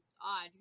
odd